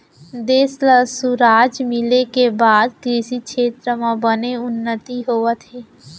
देस ल सुराज मिले के बाद कृसि छेत्र म बने उन्नति होवत हे